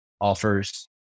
offers